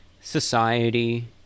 society